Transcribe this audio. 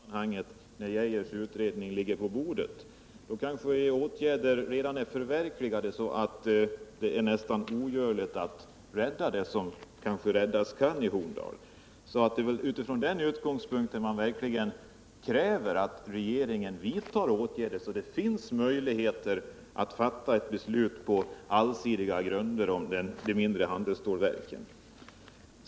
Herr talman! Det är så dags att diskutera Horndal i det sammanhanget när Geijers utredning ligger på bordet! Då kanske åtgärder redan är vidtagna, så att det är nästan ogörligt att rädda det som kanske räddas kan i Horndal. Det är från den utgångspunkten man verkligen kräver att regeringen vidtar sådana åtgärder att det finns möjigheter att fatta ett beslut på allsidiga grunder om de mindre handelsstålverken.